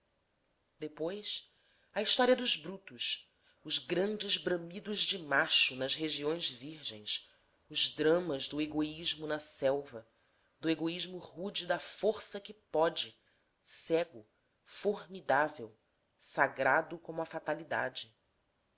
depois a história dos brutos os grandes bramidos de macho nas regiões virgens os dramas do egoísmo na selva do egoísmo rude da força que pode cego formidável sagrado como a fatalidade